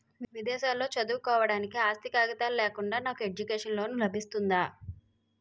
విదేశాలలో చదువుకోవడానికి ఆస్తి కాగితాలు లేకుండా నాకు ఎడ్యుకేషన్ లోన్ లబిస్తుందా?